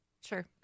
Sure